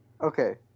Okay